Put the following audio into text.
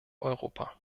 europa